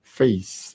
face